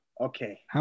Okay